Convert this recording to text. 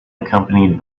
accompanied